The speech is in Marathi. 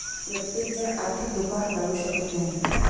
प्रत्येकजण आर्थिक धोका हाताळू शकत नाही